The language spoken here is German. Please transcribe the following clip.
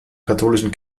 katholischen